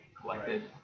collected